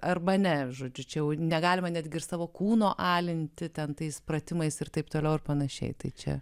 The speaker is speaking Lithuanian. arba ne žodžiu negalima netgi ir savo kūno alinti ten tais pratimais ir taip toliau ir panašiai tai čia